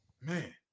man